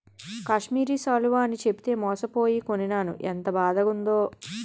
కాశ్మీరి శాలువ అని చెప్పితే మోసపోయి కొనీనాను ఎంత బాదగుందో